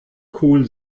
cool